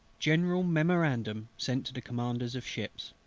general memorandum sent to the commanders of ships.